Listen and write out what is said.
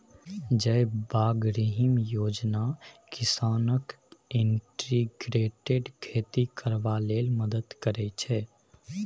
जयबागरिहम योजना किसान केँ इंटीग्रेटेड खेती करबाक लेल मदद करय छै